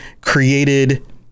created